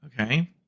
Okay